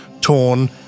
torn